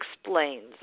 explains